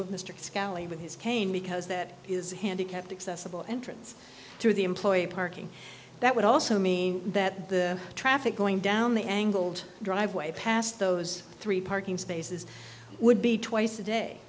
of mr scally with his cane because that is handicapped accessible entrance through the employee parking that would also mean that the traffic going down the angled driveway past those three parking spaces would be twice a day